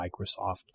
Microsoft